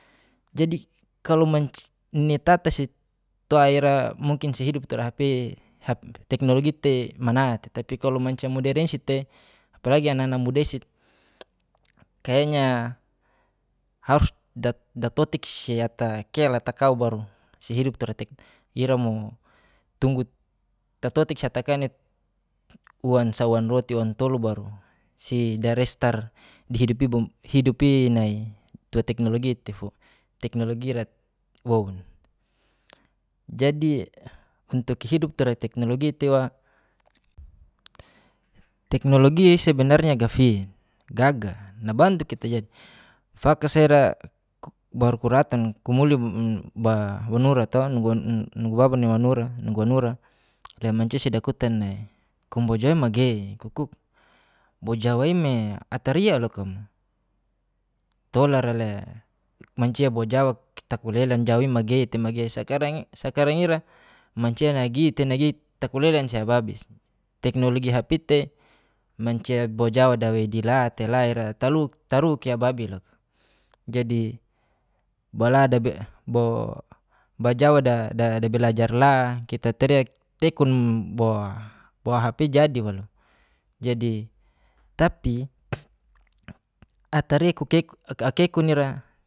Jadi kalo manc nini tata si ta ira mungkin si hidup tura hp hap teknologi te manatei tapi kalo mancia moderen isi te apalagi anana muda isi kayanya harus da datotik si ata kel ata kau baru si hidup tura tek ira mo tunggu tatotik si ata ka net uwan sa, uwan roti, uwan tolu, baru si darestar di hidup bo hidup i nai tua teknologi teifua teknologi ra woun. jadi, untuk hidup tura teknologi tewa teknologi sebenarnya gafin, gaga, nabantu kita jadi. fakasa ira ku baru kuratan kumuli ba wanura to nugu wa nugu baba ni wanura nugu wanura le mancia si dakutan nai kumu bo jawa i magey ku kuk bo jawa ime ataria loka mo. tola ra le mancia bo jawa kita kulelan jawa i magey te magey, sakarang i sakarang ira mancia nagi te nagi takulelan siababis. teknologi hp i tei mancia bo jawa da wei di la te la ira taluk taruk iababi loka. jadi, ba jawa da balajar la kita ataria tekun boa boa hp i jadi waluk jadi. tapi, ataria kukekun akekun ira